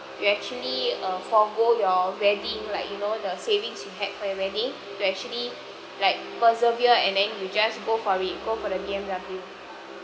you actually uh forgo your wedding like you know the savings you had for your wedding to actually like persevere and then you just go for it go for the B_M_W